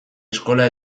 eskola